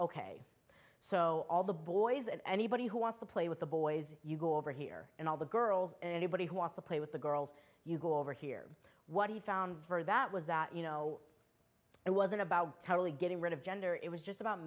ok so all the boys and anybody who wants to play with the boys you go over here and all the girls and anybody who wants to play with the girls you go over here what he found for that was that you know it wasn't about totally getting rid of gender it was just about